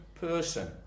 person